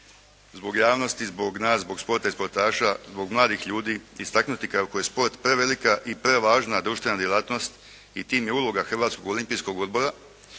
zbog javnosti, zbog nas, zbog sporta i sportaša, zbog mladih ljudi istaknuti kako je sport prevelika i prevažna društvena djelatnost i tim je uloga Hrvatskog olimpijskog odbora